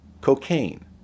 cocaine